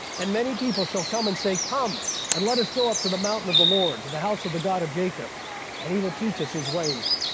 and many people shall come and say, come, and let us go up to the mountain of the lord, to the house of the god of jacob and he will teach us his ways,